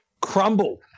crumble